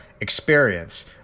experience